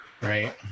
Right